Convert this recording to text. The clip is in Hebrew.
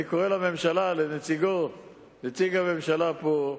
אני קורא לממשלה, לנציג הממשלה פה,